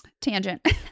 tangent